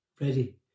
ready